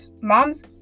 mom's